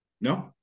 No